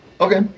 Okay